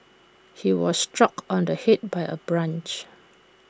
he was struck on the Head by A branch